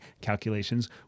calculations